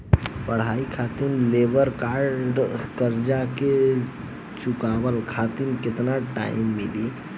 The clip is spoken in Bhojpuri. पढ़ाई खातिर लेवल कर्जा के चुकावे खातिर केतना टाइम मिली?